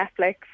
Netflix